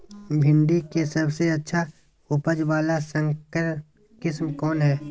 भिंडी के सबसे अच्छा उपज वाला संकर किस्म कौन है?